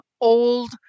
old